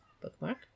bookmark